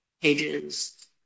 pages